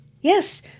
Yes